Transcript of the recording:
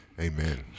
Amen